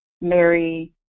Mary